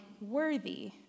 worthy